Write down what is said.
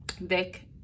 Vic